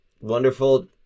Wonderful